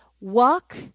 walk